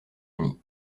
unis